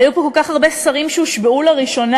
היו פה כל כך הרבה שרים שהושבעו לראשונה,